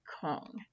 Kong